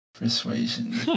persuasion